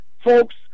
folks